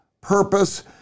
purpose